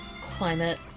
climate